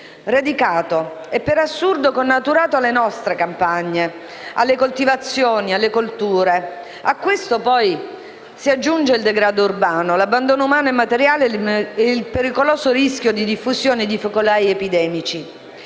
radicato e, per assurdo, connaturato alle nostre campagne, alle coltivazioni, alle colture. A questo, poi, si aggiungono il degrado urbano, l'abbandono umano e materiale e il pericoloso rischio di diffusione di focolai epidemici;